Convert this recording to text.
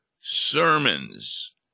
sermons